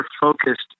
focused